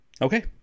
Okay